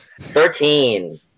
Thirteen